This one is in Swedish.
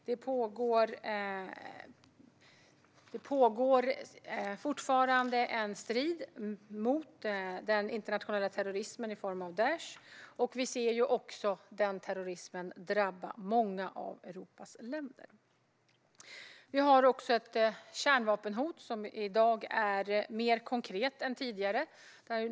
Det pågår fortfarande en strid mot den internationella terrorismen i form av Daish, och vi ser att denna terrorism drabbar många av Europas länder. Vi har också ett kärnvapenhot som i dag är mer konkret än tidigare.